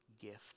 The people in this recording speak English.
gift